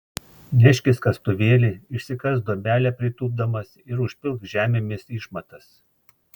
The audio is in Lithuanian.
neškis kastuvėlį išsikask duobelę pritūpdamas ir užpilk žemėmis išmatas